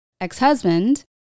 ex-husband